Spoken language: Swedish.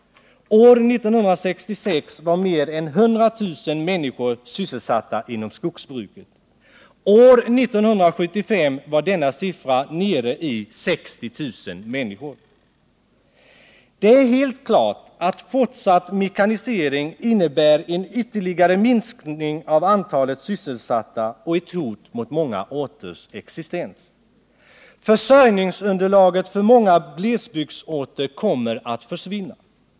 År 1966 var mer än 100 000 människor sysselsatta inom skogsbruket; år 1975 hade siffran sjunkit till 60 000. Det är helt klart att fortsatt mekanisering innebär en ytterligare minskning av antalet sysselsatta och ett hot mot många orters existens. Försörjningsunderlaget för många glesbygdsorter kommer att försvinna.